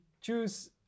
choose